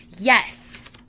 yes